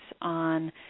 on